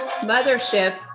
mothership